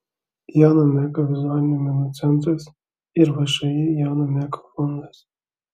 jono meko vizualinių menų centras ir všį jono meko fondas